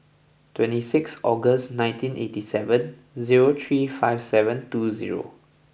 twenty six August nineteen eighty seven zero three five seven two zero